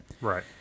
Right